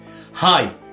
Hi